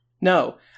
No